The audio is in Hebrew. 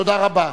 תודה רבה.